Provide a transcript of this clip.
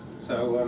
so.